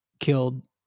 killed